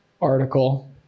article